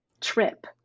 trip